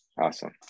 Awesome